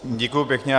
Děkuji pěkně.